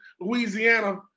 Louisiana